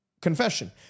confession